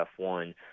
F1